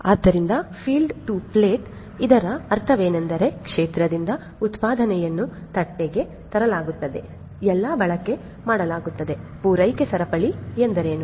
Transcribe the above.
ಆದ್ದರಿಂದ field to plate ಇದರ ಅರ್ಥವೇನೆಂದರೆ ಕ್ಷೇತ್ರದಿಂದ ಉತ್ಪಾದನೆಯನ್ನು ತಟ್ಟೆಗೆ ತಯಾರಿಸಲಾಗುತ್ತದೆ ಎಲ್ಲಿ ಬಳಕೆ ಮಾಡಲಾಗುತ್ತದೆ ಪೂರೈಕೆ ಸರಪಳಿ ಎಂದರೇನು